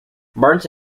barnes